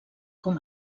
com